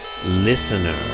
Listener